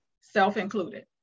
Self-included